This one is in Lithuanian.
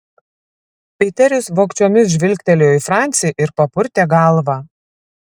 piteris vogčiomis žvilgtelėjo į francį ir papurtė galvą